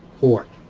port.